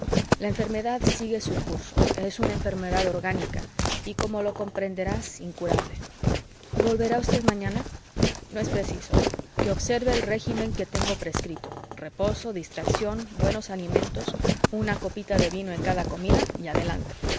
la enfermedad sigue su curso es una enfermedad orgánica y como lo comprenderás incurable volverá usted mañana no es preciso que observe el régimen que tengo prescrito reposo distracción buenos alimentos una copita de vino en cada comida y adelante